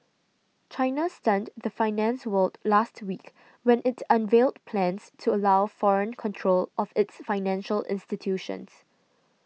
China stunned the finance world last week when it unveiled plans to allow foreign control of its financial institutions